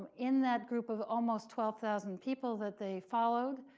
in that group of almost twelve thousand people that they followed